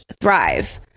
thrive